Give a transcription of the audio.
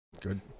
Good